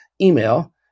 email